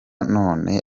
noneho